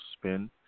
spin